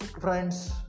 friends